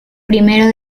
primero